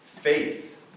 Faith